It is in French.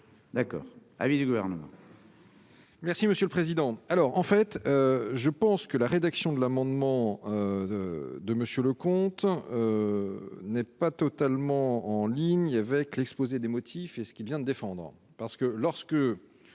d'accord, avis du Gouvernement. Merci monsieur le président, alors en fait je pense que la rédaction de l'amendement de de Monsieur, le comte n'est pas totalement en ligne avec l'exposé des motifs et ce qu'il vient de défendre